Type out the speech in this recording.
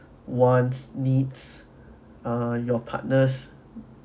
wants needs ah your partners